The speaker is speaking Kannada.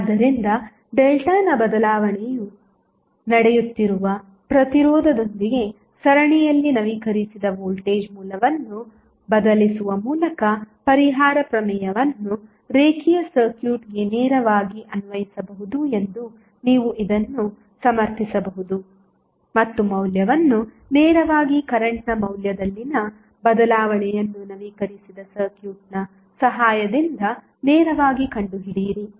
ಆದ್ದರಿಂದ Δ ನ ಬದಲಾವಣೆಯು ನಡೆಯುತ್ತಿರುವ ಪ್ರತಿರೋಧದೊಂದಿಗೆ ಸರಣಿಯಲ್ಲಿ ನವೀಕರಿಸಿದ ವೋಲ್ಟೇಜ್ ಮೂಲವನ್ನು ಬದಲಿಸುವ ಮೂಲಕ ಪರಿಹಾರ ಪ್ರಮೇಯವನ್ನು ರೇಖೀಯ ಸರ್ಕ್ಯೂಟ್ಗೆ ನೇರವಾಗಿ ಅನ್ವಯಿಸಬಹುದು ಎಂದು ನೀವು ಇದನ್ನು ಸಮರ್ಥಿಸಬಹುದು ಮತ್ತು ಮೌಲ್ಯವನ್ನು ನೇರವಾಗಿ ಕರೆಂಟ್ನ ಮೌಲ್ಯದಲ್ಲಿನ ಬದಲಾವಣೆಯನ್ನು ನವೀಕರಿಸಿದ ಸರ್ಕ್ಯೂಟ್ನ ಸಹಾಯದಿಂದ ನೇರವಾಗಿ ಕಂಡುಹಿಡಿಯಿರಿ